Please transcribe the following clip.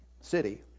city